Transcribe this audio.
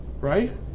Right